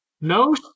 No